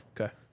Okay